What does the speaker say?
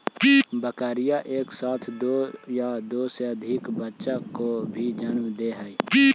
बकरियाँ एक साथ दो या दो से अधिक बच्चों को भी जन्म दे हई